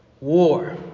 war